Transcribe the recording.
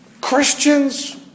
Christians